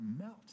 melt